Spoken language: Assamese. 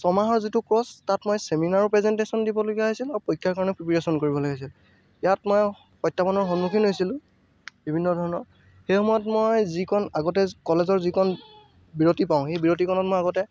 ছমাহৰ যিটো ক'ৰ্ছ তাত মই চেমিনাৰো প্ৰেজেন্টেছন দিবলগীয়া হৈছিলে আৰু পৰীক্ষাৰ কাৰণে প্ৰিপাৰেছন কৰিব লগা হৈছিলে ইয়াত মই প্ৰত্যাহ্বানৰ সন্মুখীন হৈছিলোঁ বিভিন্ন ধৰণৰ সেই সময়ত মই যিকণ আগতে কলেজৰ যিকণ বিৰতি পাওঁ সেই বিৰতিকণত মই আগতে